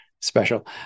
special